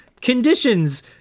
conditions